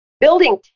Building